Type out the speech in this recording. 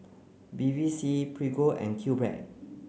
Bevy C Prego and QBread